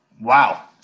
Wow